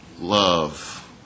Love